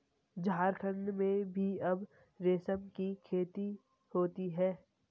झारखण्ड में भी अब रेशम की खेती होती है